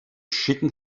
schicken